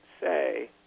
say